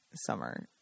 summer